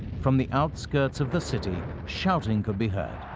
from the outskirts of the city, shouting could be heard.